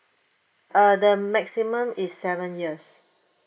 uh the maximum is seven years